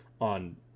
on